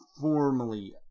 formally